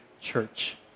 church